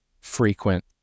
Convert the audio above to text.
frequent